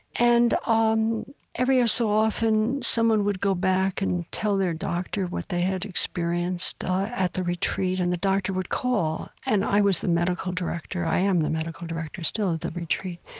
and ah um every so often, someone would go back and tell their doctor what they had experienced at the retreat, and the doctor would call. and i was the medical director i am the medical director, still, of the retreat.